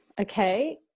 okay